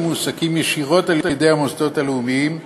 מועסקים ישירות על-ידי המוסדות הלאומיים כעובדיהם,